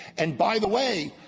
and, by the way,